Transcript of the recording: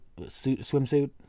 swimsuit